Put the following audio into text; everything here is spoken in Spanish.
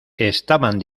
estaban